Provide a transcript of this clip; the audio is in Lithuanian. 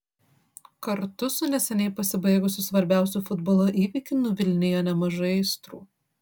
kartu su neseniai pasibaigusiu svarbiausiu futbolo įvykiu nuvilnijo nemažai aistrų